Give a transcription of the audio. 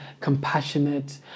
compassionate